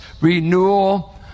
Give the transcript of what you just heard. renewal